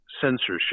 censorship